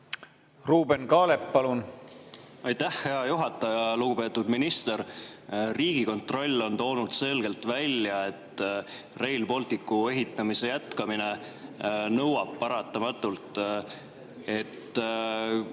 Ruuben Kaalep, palun! Aitäh, hea juhataja! Lugupeetud minister! Riigikontroll on toonud selgelt välja, et Rail Balticu ehitamise jätkamine nõuab paratamatult, et